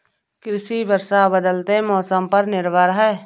कृषि वर्षा और बदलते मौसम पर निर्भर है